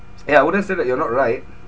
yeah I wouldn't say that you're not right